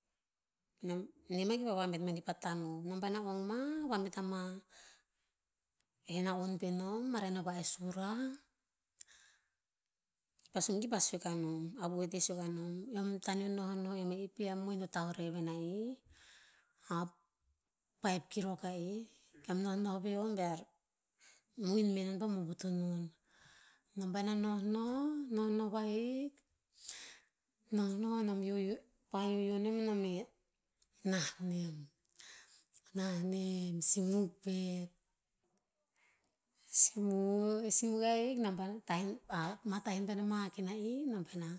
de mah kipah vabet mani pa tanuv. Nom paena ong mah, vabet ama he naon pe nom, maren a vaes o sura, ki pah sun ki pah sue ka nom. Avu oete pah sue kanom, eom taneo nohnoh em a i pi a mohin to taurev en a i, a paep kirok ka i, keom nohnoh veho bea mohin meh non pah bobotonon. Nom paena nohnoh, nohnoh vahik. Nohnoh, yoyo, pa yoyo nem nom he nah nem. Nah nem, simuk pet simuk ahik mah tah en paena mahak en a i, nom paena,